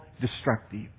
destructive